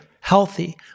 healthy